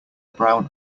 brown